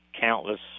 countless